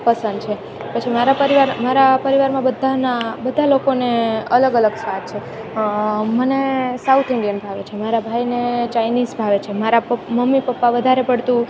પસંદ છે પછી મારા પરિવાર મારા પરિવારમાં બધાના બધા લોકોને અલગ અલગ સ્વાદ છે મને સાઉથ ઇંડિયન ભાવે છે મારા ભાઈને ચાઇનીઝ ભાવે છે મારા મમ્મી પપ્પા વધારે પડતું